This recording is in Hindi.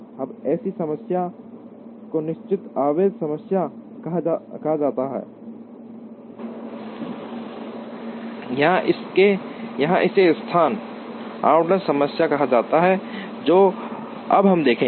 अब ऐसी समस्या को निश्चित आवेश समस्या कहा जाता है या इसे स्थान आवंटन समस्या कहा जाता है जो अब हम देखेंगे